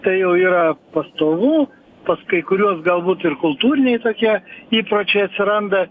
tai jau yra pastovu pas kai kuriuos galbūt ir kultūriniai tokie įpročiai atsiranda